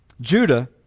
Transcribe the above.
Judah